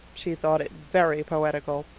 she thought it very poetical.